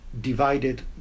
divided